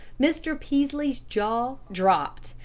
mr. peaslee's jaw dropped,